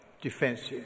defensive